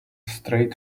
straight